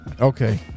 Okay